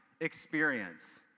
experience